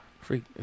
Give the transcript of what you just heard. Freak